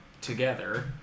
together